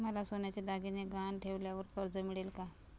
मला सोन्याचे दागिने गहाण ठेवल्यावर कर्ज मिळेल का?